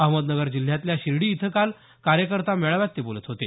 अहमदनगर जिल्ह्यातल्या शिर्डी इथं काल कार्यकर्ता मेळाव्यात ते बोलत होते